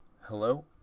Hello